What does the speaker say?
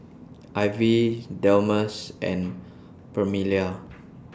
Ivie Delmus and Permelia